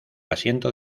asiento